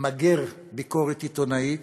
למגר ביקורת עיתונאית,